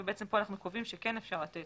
ובעצם כאן אנחנו קובעים שכן אפשר לתת